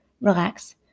relax